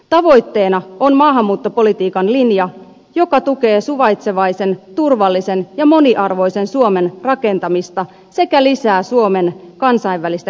tavoitteena on maahanmuuttopolitiikan linja joka tukee suvaitsevaisen turvallisen ja moniarvoisen suomen rakentamista sekä lisää suomen kansainvälistä kilpailukykyä